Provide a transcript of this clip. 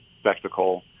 spectacle